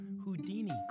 Houdini